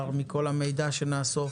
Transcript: מכל המידע שנאסוף,